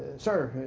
sir,